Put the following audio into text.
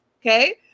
okay